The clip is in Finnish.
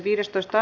asia